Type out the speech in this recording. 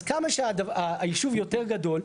אז כמה שהישוב יותר גדול,